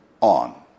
on